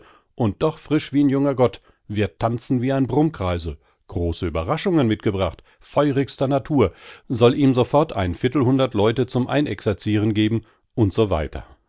und doch frisch wie'n junger gott wird tanzen wie n brummkreisel große überraschungen mit gebracht feurigster natur soll ihm sofort ein viertelhundert leute zum einexerzieren geben und so